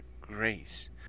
grace